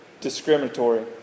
discriminatory